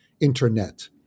internet